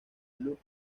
luke